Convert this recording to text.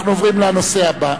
אנחנו עוברים לנושא הבא.